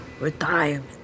retirement